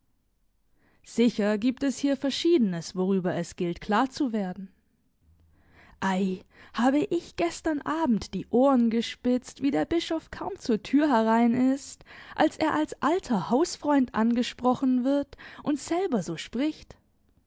sicher gibt es hier verschiedenes worüber es gilt klar zu werden ei habe ich gestern abend die ohren gespitzt wie der bischof kaum zur tür herein ist als er als alter hausfreund angesprochen wird und selber so spricht